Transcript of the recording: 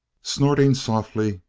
snorting softly,